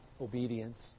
obedience